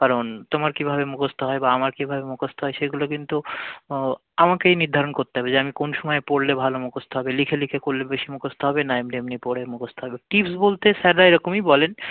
কারণ তোমার কীভাবে মুখস্ত হয় বা আমার কীভাবে মুখস্ত হয় সেগুলো কিন্তু ও আমাকেই নির্ধারণ করতে হবে যে আমি কোন সময় পড়লে ভালো মুখস্ত হবে লিখে লিখে করলে বেশি মুখস্ত হবে না এমনি এমনি পড়ে মুখস্ত হবে টিপস বলতে স্যাররা এরকমই বলেন